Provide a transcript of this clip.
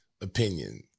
opinion